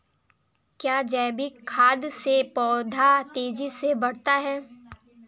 क्या जैविक खाद से पौधा तेजी से बढ़ता है?